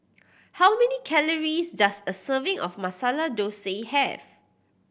how many calories does a serving of Masala Thosai have